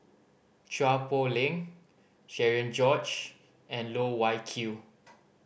Chua Poh Leng Cherian George and Loh Wai Kiew